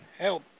help